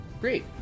Great